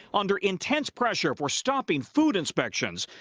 under intense pressure for stopping food inspections,